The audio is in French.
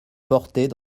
portaient